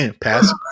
pass